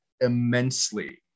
immensely